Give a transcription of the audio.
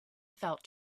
felt